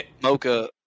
Mocha